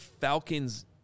Falcons